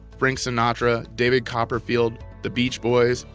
frank sinatra, david copperfield, the beach boys,